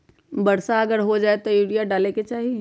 अगर वर्षा हो जाए तब यूरिया डाले के चाहि?